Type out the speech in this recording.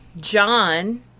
John